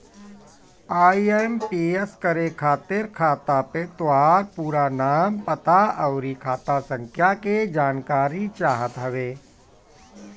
IMPS करे खातिर खाता पे तोहार पूरा नाम, पता, अउरी खाता संख्या के जानकारी चाहत हवे